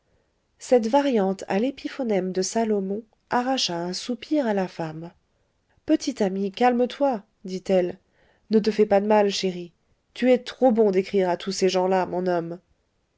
cette variante à l'épiphonème de salomon arracha un soupir à la femme petit ami calme-toi dit-elle ne te fais pas de mal chéri tu es trop bon d'écrire à tous ces gens-là mon homme